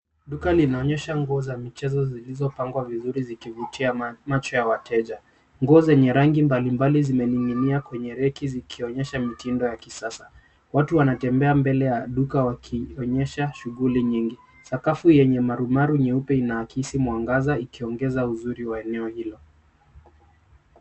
Duka linaonyesha nguo za michezo zilizopangwa vizuri zikivutia macho ya wateja. Nguo zenye rangi mbalimbali zimening'inia kwenye reki zikionyesha mitindo ya kisasa. Watu wanatembea mbele ya duka wakionyesha shughuli nyingi. Sakafu yenye marumaru nyeupe inaakisi mwangaza ikiongeza uzuri wa eneo hilo.